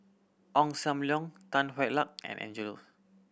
Ong Sam Leong Tan Hwa Luck and Angelo